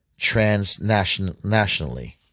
transnationally